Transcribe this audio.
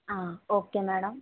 okay madam